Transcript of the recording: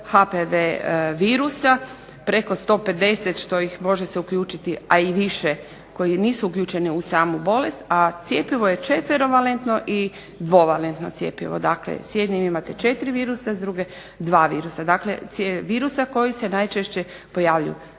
HPV virusa, preko 150 što ih može se uključiti, a i više koji nisu uključeni u samu bolest, a cjepivo je 4-valentno i 2-valentno cjepivo. Dakle, s jednim imate 4 virusa s druge 2 virusa koji se najčešće pojavljuju.